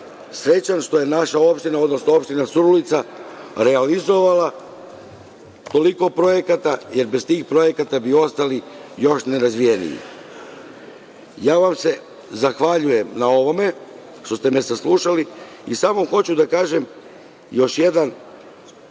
Srećan sam što je naša opština, odnosno opština Surdulica, realizovala toliko projekata jer bez tih projekata bi ostali još nerazvijeniji. Zahvaljujem vam se na ovome što ste me saslušali. Samo hoću da kažem još jedan